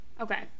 Okay